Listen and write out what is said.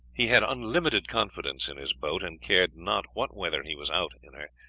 he had unlimited confidence in his boat, and cared not what weather he was out in her.